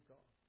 God